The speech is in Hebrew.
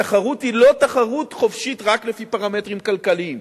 התחרות היא לא תחרות חופשית רק לפי פרמטרים כלכליים.